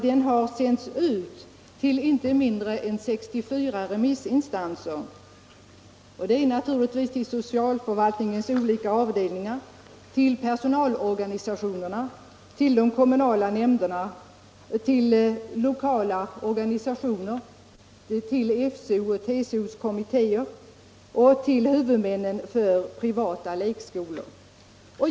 Den har sänts ut till inte mindre än 64 remissinstanser: naturligtvis till socialförvaltningens olika avdelningar, till personalorganisationerna, de kommunala nämnderna, politiska partier lokala organisationer, FCO:s och TCO:s kommittéer och till huvudmännen för privata lekskolor.